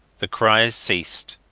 the cries ceased.